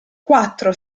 quattro